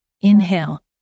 Inhale